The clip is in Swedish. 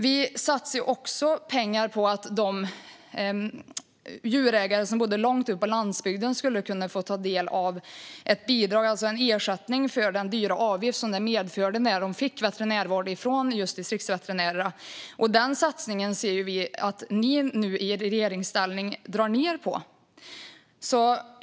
Vi satsade också pengar så att de djurägare som bodde långt ute på landsbygden skulle kunna få ta del av ett bidrag, alltså en ersättning för den dyra avgift som det medförde när de fick veterinärvård från just distriktsveterinärerna. Den satsningen ser vi att ni nu i regeringsställning drar ned på.